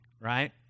right